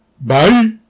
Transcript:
Bye